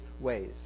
ways